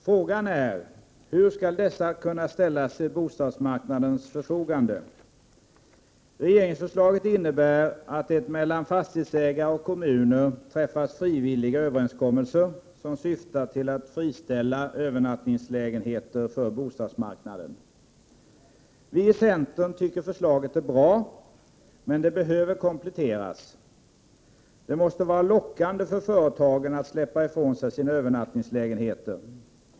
Frågan är hur dessa skall kunna ställas till bostadsmarknadens förfogande. Regeringsförslaget innebär att det mellan fastighetsägare och kommuner träffas frivilliga överenskommelser, som syftar till att friställa övernattningslägenheter för bostadsmarknaden. Vi i centern tycker förslaget är bra, men det behöver kompletteras. Det måste vara lockande för företagen att släppa ifrån sig sina övernattningslägenheter.